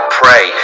pray